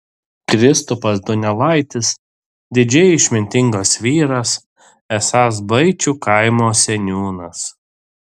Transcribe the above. kristupas donelaitis didžiai išmintingas vyras esąs baičių kaimo seniūnas